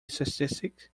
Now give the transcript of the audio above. statistic